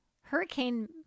Hurricane